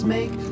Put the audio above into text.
Make